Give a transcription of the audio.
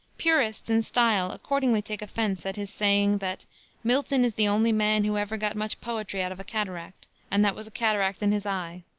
purists in style accordingly take offense at his saying that milton is the only man who ever got much poetry out of a cataract, and that was a cataract in his eye